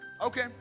Okay